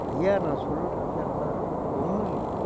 ஐயா நான் சொல்லுறதெல்லாம் ஒன்றும் இல்லை